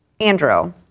Andrew